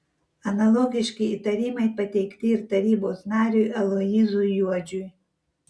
analogiški įtarimai pateikti ir tarybos nariui aloyzui juodžiui